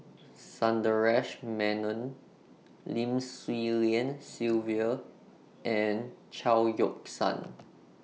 Sundaresh Menon Lim Swee Lian Sylvia and Chao Yoke San